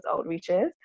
outreaches